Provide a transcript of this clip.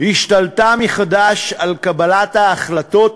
השתלטה מחדש על קבלת ההחלטות,